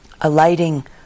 alighting